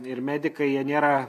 ir medikai jie nėra